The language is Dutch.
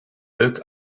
leuk